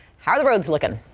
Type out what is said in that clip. how the roads look and